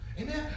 amen